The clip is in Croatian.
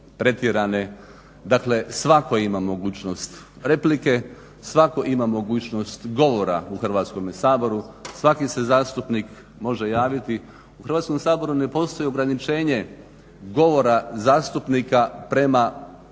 Dakle, svatko ima mogućnost replike, svatko ima mogućnost govora u Hrvatskome saboru. Svaki se zastupnik može javiti. U Hrvatskom saboru ne postoji ograničenje govora zastupnika prema